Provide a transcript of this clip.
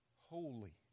holy